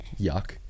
yuck